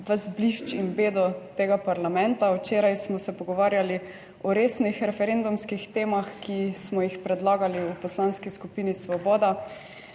ves blišč in bedo tega parlamenta. Včeraj smo se pogovarjali o resnih referendumskih temah, ki smo jih predlagali v Poslanski skupini Svoboda,